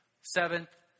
Seventh